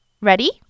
Ready